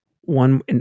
One